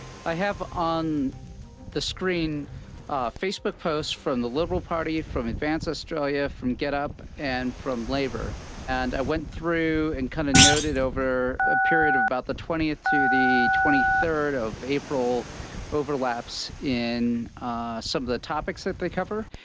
i have on the screen ah facebook posts from the liberal party, from advance australia, from getup, and from labor and i went through and kind of noted over a period of about the twentieth to the twenty third of april overlaps in ah some of the topics that they cover.